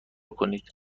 کنید